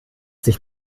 dich